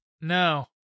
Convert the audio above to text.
No